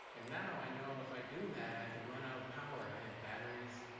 and now i know if i do that, i could run out of power. i have batteries,